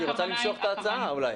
היא רוצה למשוך את ההצעה אולי.